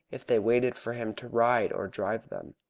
if they waited for him to ride or drive them.